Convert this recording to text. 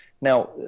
Now